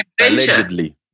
allegedly